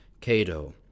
cato